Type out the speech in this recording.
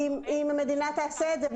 אם המדינה תעשה את זה,